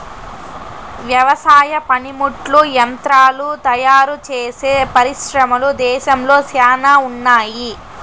వ్యవసాయ పనిముట్లు యంత్రాలు తయారుచేసే పరిశ్రమలు దేశంలో శ్యానా ఉన్నాయి